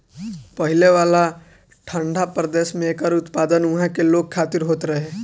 पहिले वाला ठंडा प्रदेश में एकर उत्पादन उहा के लोग खातिर होत रहे